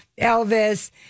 Elvis